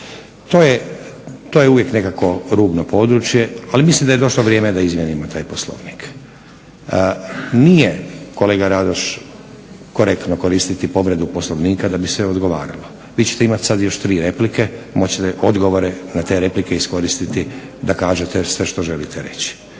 To je uvijek nekako rubno područje ali mislim da je došlo vrijeme da izmijenimo taj Poslovnik. Nije kolega Radoš korektno koristiti povredu Poslovnika da bi se odgovaralo. Vi ćete imat sad još tri replike, moći ćete odgovore na te replike iskoristiti da kažete sve što želite reći.